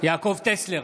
יעקב טסלר,